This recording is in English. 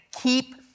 keep